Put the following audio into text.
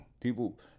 People